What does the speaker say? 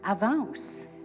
Avance